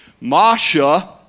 Masha